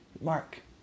Mark